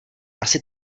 asi